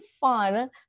fun